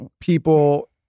people